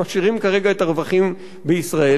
הם משאירים כרגע את הרווחים בישראל.